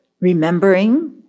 remembering